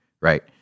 right